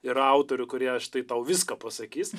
ir autorių kurie štai tau viską pasakys